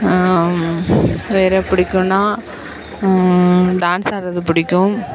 வேறு பிடிக்குன்னா டான்ஸ் ஆடுகிறது பிடிக்கும்